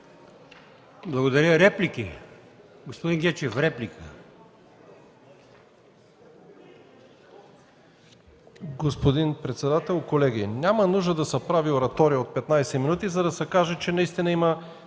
Благодаря. Реплики? Господин Гечев – реплика. ДОКЛАДЧИК РУМЕН ГЕЧЕВ: Господин председател, колеги! Няма нужда да се прави оратория от 15 минути, за да се каже, че наистина има